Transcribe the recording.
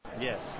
Yes